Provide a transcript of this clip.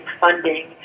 funding